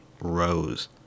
Rose